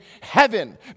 heaven